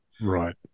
Right